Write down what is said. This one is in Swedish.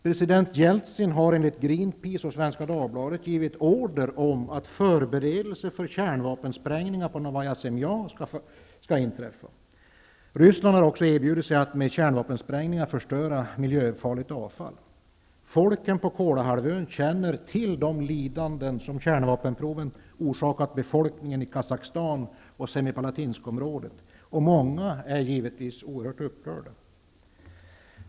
President Jeltsin har enligt Greenpeace och Svenska Dagbladet givit order om att förberedelser för kärnvapensprängningar på Novaja Semlja skall göras. Ryssland har också erbjudit sig att med kärnvapensprängningar förstöra miljöfarligt avfall. Folken på Kolahalvön känner till de lidanden som kärnvapenproven har orsakat befolkningen i Kazakstan och Semipalatinskområdet, och många är givetvis oerhört upprörda.